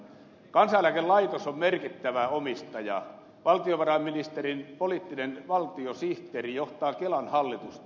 kansaneläkelaitos on merkittävä omistaja valtiovarainministerin poliittinen valtiosihteeri johtaa kelan hallitusta